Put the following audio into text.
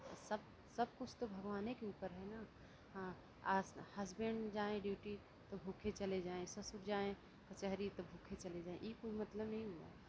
सब सब कुछ तो भगवाने के ऊपर है ना हाँ आ हसबेंड जाएँ ड्यूटी तो भूखे चले जाएँ ससुर जाएँ कचहरी तो भूखे चले जाएँ ये कोई मतलब नहीं हुआ